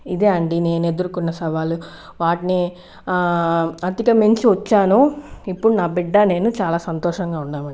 ఇదే అండి నేను ఎదుర్కొన్న సవాలు వాటిని అధికమించి వచ్చాను ఇప్పుడు నా బిడ్డ నేను చాలా సంతోషంగా ఉన్నామండి